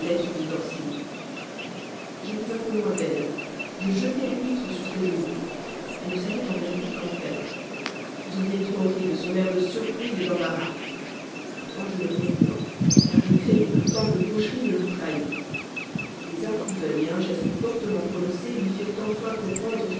de danceny j'étais un peu loin d'elle je jetai l'épître sur ses genoux elle ne savait en vérité qu'en faire vous auriez trop ri de son air de surprise d'embarras pourtant je ne riais point car je craignais que tant de gaucherie ne nous trahît mais un coup d'œil un geste fortement prononcés lui firent enfin comprendre